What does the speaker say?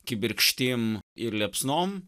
kibirkštim ir liepsnom